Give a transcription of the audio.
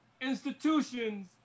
institutions